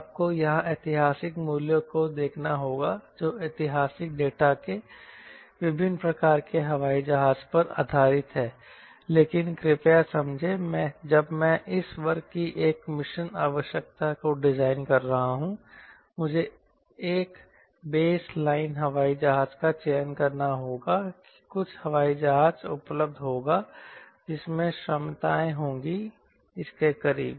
आपको यहां ऐतिहासिक मूल्यों को देखना होगा जो ऐतिहासिक डेटा के विभिन्न प्रकार के हवाई जहाज पर आधारित हैं लेकिन कृपया समझें जब मैं इस वर्ग की एक मिशन आवश्यकता को डिजाइन कर रहा हूं मुझे एक बेस लाइन हवाई जहाज का चयन करना होगा जो कि कुछ हवाई जहाज उपलब्ध होगा जिसमें क्षमताएं होंगी इसके करीब